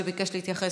שביקש להתייחס,